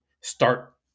start